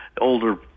older